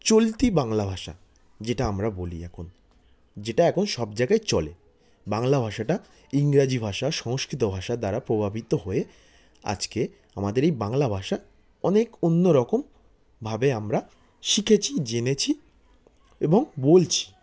চলতি বাংলা ভাষা যেটা আমরা বলি এখন যেটা এখন সব জায়গায় চলে বাংলা ভাষাটা ইংরাজি ভাষা সংস্কৃত ভাষা দ্বারা প্রভাবিত হয়ে আজকে আমাদের এই বাংলা ভাষা অনেক অন্য রকম ভাবে আমরা শিখেছি জেনেছি এবং বলছি